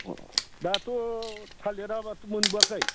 अ दाथ' थालिराबाथ' मोनबोआखै